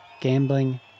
Gambling